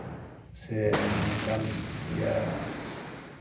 ᱥᱮ ᱱᱚᱝᱠᱟᱱ ᱤᱭᱟ